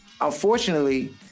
unfortunately